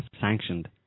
sanctioned